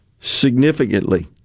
significantly